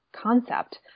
concept